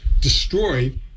Destroyed